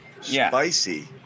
Spicy